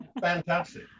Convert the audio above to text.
Fantastic